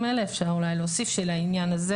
האלה ואפשר אולי להוסיף שלעניין הזה